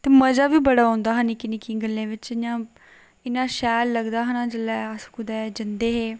ते मजा बी बड़ा औंदा हा निक्की निक्की गल्लेें बिच इ'यां इन्ना शैल लगदा हा ना जेल्लै अस कुतै जंदे हे